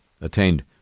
attained